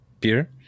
beer